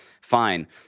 fine